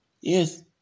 yes